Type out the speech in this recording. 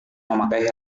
memakai